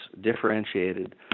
differentiated